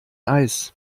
eis